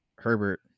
Herbert